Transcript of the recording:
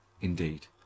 indeed